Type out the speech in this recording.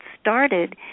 started